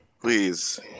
Please